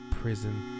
prison